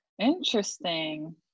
interesting